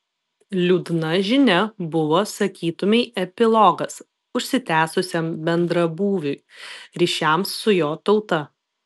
liūdna žinia buvo sakytumei epilogas užsitęsusiam bendrabūviui ryšiams su jo tauta